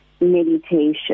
meditation